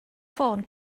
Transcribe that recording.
ffôn